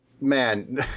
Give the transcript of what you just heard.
man